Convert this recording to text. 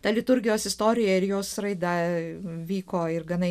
ta liturgijos istorija ir jos raida vyko ir gana